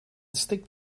stick